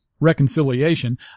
reconciliation